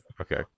okay